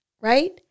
right